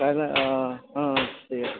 তাকে অঁ অঁ ঠিক আছে